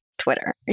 Twitter